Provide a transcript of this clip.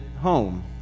home